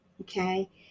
Okay